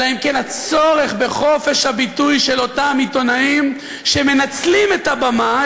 אלא הצורך בחופש הביטוי של אותם עיתונאים שמנצלים את הבמה,